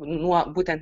nuo būtent